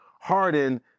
Harden